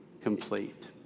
complete